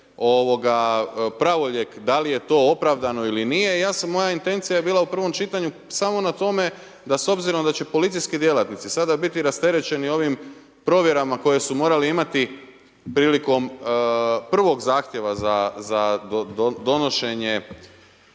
pravorijek da li je to opravdano ili nije. Moja intencija je bila u prvom čitanju samo na tome da s obzirom da će policijski djelatnici bi rasterećeni ovim provjerama koje su morali imati prilikom prvog zahtjeva za donošenje